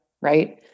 right